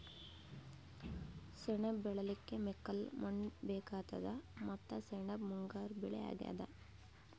ಸೆಣಬ್ ಬೆಳಿಲಿಕ್ಕ್ ಮೆಕ್ಕಲ್ ಮಣ್ಣ್ ಬೇಕಾತದ್ ಮತ್ತ್ ಸೆಣಬ್ ಮುಂಗಾರ್ ಬೆಳಿ ಅಗ್ಯಾದ್